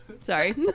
sorry